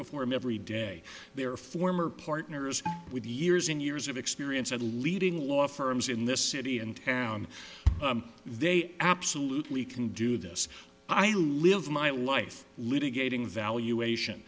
before him every day their former partners with years and years of experience at leading law firms in this city and town they absolutely can do this i live my life litigating valuation